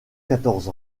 quatorze